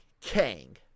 Kang